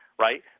right